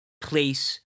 place